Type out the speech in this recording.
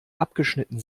abgeschnitten